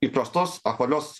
įprastos apvalios